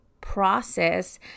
process